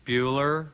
Bueller